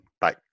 Bye